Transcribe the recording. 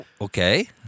Okay